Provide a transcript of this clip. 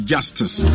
Justice